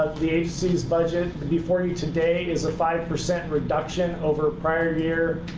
the agency's budget before you today is a five percent reduction over prior year.